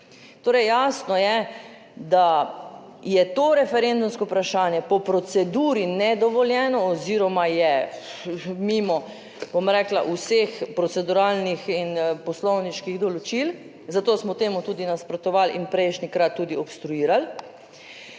Torej, jasno je, da je to referendumsko vprašanje po proceduri nedovoljeno oziroma je mimo, bom rekla vseh proceduralnih in poslovniških določil, zato smo temu tudi nasprotovali in prejšnjikrat tudi obstruirali.